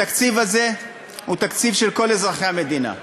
התקציב הזה הוא תקציב של כל אזרחי המדינה.